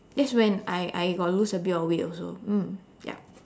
that's when I I got lose a bit of weight also mm ya